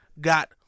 got